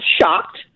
shocked